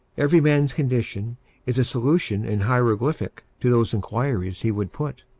every man's condition is a solution in hieroglyphic to those inquiries he would put.